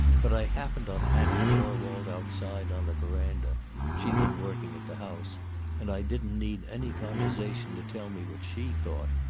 but i happened on hattie thorwald outside on a verandah she'd been working at the house and i didn't need any conversation to tell me what she thought.